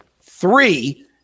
Three